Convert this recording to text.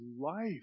life